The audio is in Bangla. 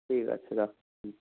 ঠিক আছে রাখ হ্যাঁ